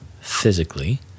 physically